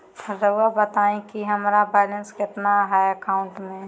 रहुआ बताएं कि हमारा बैलेंस कितना है अकाउंट में?